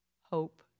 hope